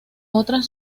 otras